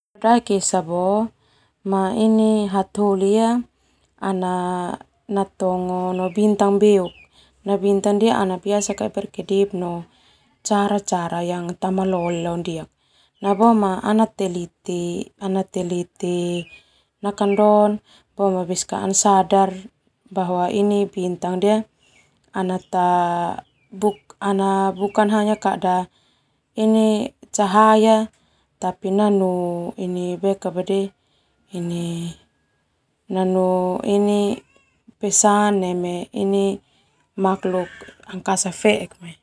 Faik esa boema hataholi natongo no bintang beuk ana teliti ana sadar bintang ndia nanu cahaya no nanu ini pesan neme makluk angkasa feek.